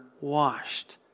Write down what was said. washed